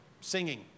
singing